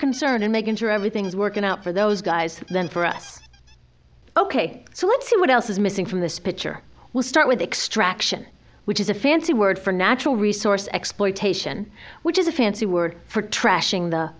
concerned in making sure everything's working out for those guys than for us ok so let's see what else is missing from this picture we'll start with extraction which is a fancy word for natural resource exploitation which is a fancy word for trashing the